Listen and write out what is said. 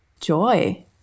joy